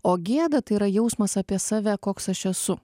o gėda tai yra jausmas apie save koks aš esu